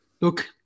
look